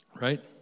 Right